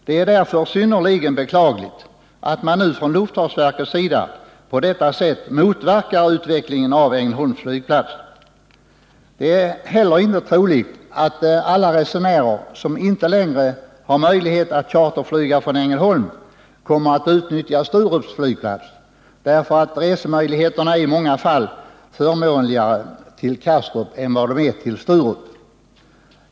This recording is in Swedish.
Det är därför synnerligen beklagligt att luftfartsverket på detta sätt motverkar utvecklingen av Ängelholms flygplats. Inte heller är det troligt att alla resenärer som inte längre har möjlighet att charterflyga från Ängelholm kommer att utnyttja Sturups flygplats, eftersom resorna i många fall blir förmånligare från Kastrup än från Sturup.